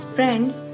Friends